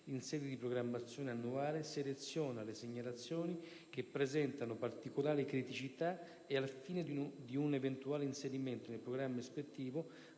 in sede di programmazione annuale seleziona le segnalazioni che presentano particolari criticità ed al fine di un eventuale inserimento nel programma ispettivo